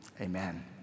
amen